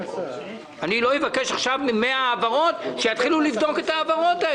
אני לא אבקש עכשיו שיתחילו לבדוק 100 העברות.